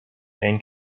pain